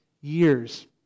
years